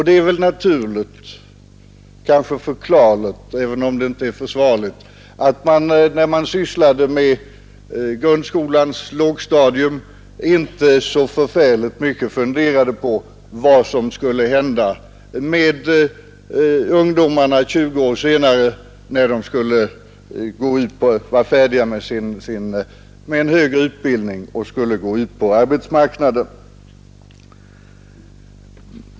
Det är väl naturligt, kanske förklarligt, även om det inte är försvarligt, att man när man sysslade med grundskolans lågstadium inte så förfärligt mycket funderade på vad som skulle hända med ungdomarna 20 år senare, när de skulle vara färdiga med en högre utbildning och skulle gå ut på arbetsmarknaden.